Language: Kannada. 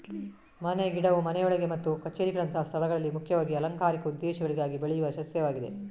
ಮನೆ ಗಿಡವು ಮನೆಯೊಳಗೆ ಮತ್ತು ಕಛೇರಿಗಳಂತಹ ಸ್ಥಳಗಳಲ್ಲಿ ಮುಖ್ಯವಾಗಿ ಅಲಂಕಾರಿಕ ಉದ್ದೇಶಗಳಿಗಾಗಿ ಬೆಳೆಯುವ ಸಸ್ಯವಾಗಿದೆ